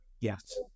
yes